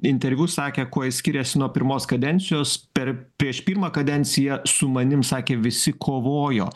interviu sakė kuo jis skiriasi nuo pirmos kadencijos per prieš pirmą kadenciją su manim sakė visi kovojo